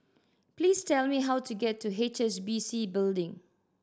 please tell me how to get to H S B C Building